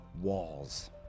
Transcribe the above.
walls